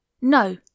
No